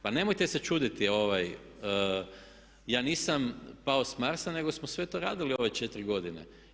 Pa nemojte se čuditi ja nisam pao s Marsa nego smo sve to radili ove 4 godine.